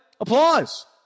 applause